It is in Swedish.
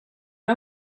har